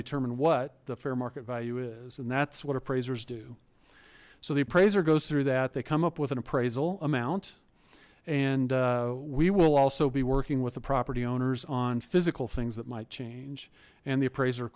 determine what the fair market value is and that's what appraisers do so the appraiser goes through that they come up with an appraisal amount and we will also be working with the property owners on physical things that might change and the appraiser